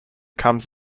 comes